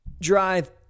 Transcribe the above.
drive